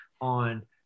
on